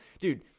dude